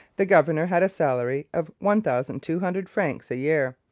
the governor had a salary of one thousand two hundred francs a year,